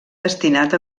destinat